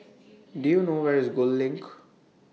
Do YOU know Where IS Gul LINK